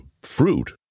Fruit